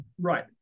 right